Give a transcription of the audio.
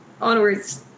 onwards